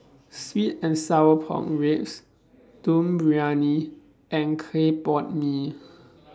Sweet and Sour Pork Ribs Dum Briyani and Clay Pot Mee